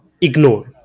ignore